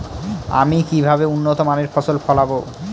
আমি কিভাবে উন্নত মানের ফসল ফলাবো?